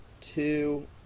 two